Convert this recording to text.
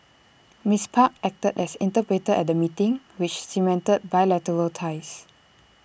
miss park acted as interpreter at the meeting which cemented bilateral ties